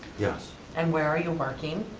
yes! and where are you working?